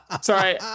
Sorry